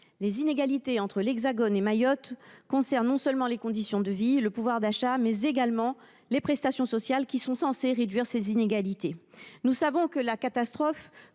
Les inégalités entre l’Hexagone et Mayotte concernent non seulement les conditions de vie ou le pouvoir d’achat, mais également les prestations sociales, dont l’objet est pourtant de réduire ces inégalités. Nous savons que la catastrophe